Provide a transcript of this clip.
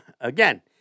again